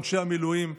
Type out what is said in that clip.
אנשי המילואים,